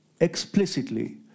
explicitly